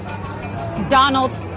Donald